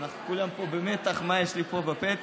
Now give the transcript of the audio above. כולם פה במתח מה יש לי פה בפתק.